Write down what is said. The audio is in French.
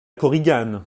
korigane